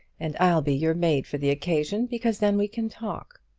and i'll be your maid for the occasion because then we can talk.